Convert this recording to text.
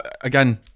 again